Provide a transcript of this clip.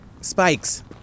Spikes